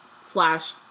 slash